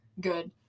Good